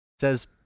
says